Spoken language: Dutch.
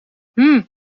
hmm